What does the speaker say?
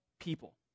people